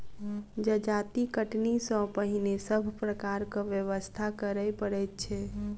जजाति कटनी सॅ पहिने सभ प्रकारक व्यवस्था करय पड़ैत छै